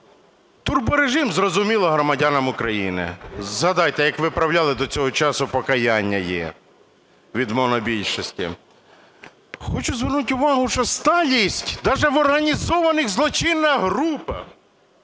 Турборежим – зрозуміло громадянам України. Згадайте, як виправляли до цього часу, покаяння є від монобільшості. Хочу звернути увагу, що сталість даже в організованих злочинних групах